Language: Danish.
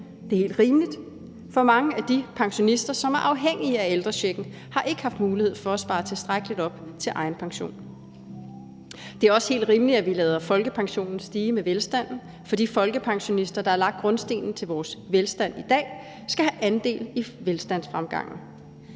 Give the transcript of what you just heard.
Det er helt rimeligt, for mange af de pensionister, som er afhængige af ældrechecken, har ikke haft mulighed for at spare tilstrækkeligt op til egen pension. Det er også helt rimeligt, at vi lader folkepensionen stige med velstanden, for de folkepensionister, der har lagt grundstenen til vores velstand i dag, skal have andel i velstandsfremgangen.